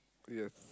yes